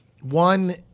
one